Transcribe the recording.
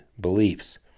beliefs